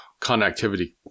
connectivity